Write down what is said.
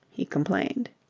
he complained.